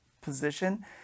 position